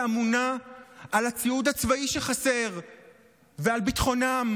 שאמונה על הציוד הצבאי שחסר ועל ביטחונם,